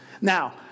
Now